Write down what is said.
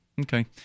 Okay